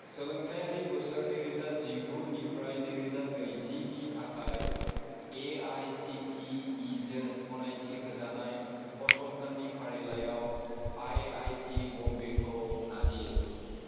सोलोंथायारि बोसोर नैरोजा जिगुनिफ्राय नैरोजा नैजिनि थाखाय A I C T E जों गनायथि होजानाय फसंथाननि फारिलाइआव आइ आइ टि बम्बेखौ नागिर